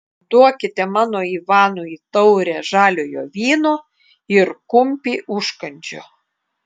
duokite mano ivanui taurę žaliojo vyno ir kumpį užkandžio